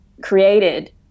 created